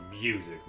music